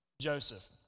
Joseph